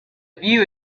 view